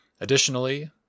Additionally